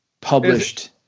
published